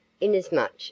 inasmuch